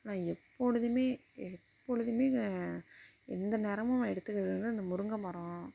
ஆனால் எப்பொழுதுமே எப்பொழுதுமே எந்த நேரமும் எடுத்துக்கிறது அந்த முருங்கை மரம்